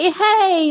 hey